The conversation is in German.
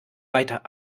weiter